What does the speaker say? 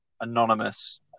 Anonymous